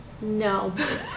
No